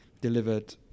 delivered